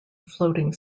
floating